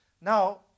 Now